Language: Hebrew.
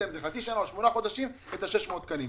יודע אם זה חצי שנה או שמונה חודשים את ה-600 תקנים.